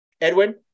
Edwin